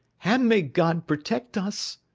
and may god protect us!